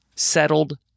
settled